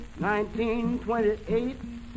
1928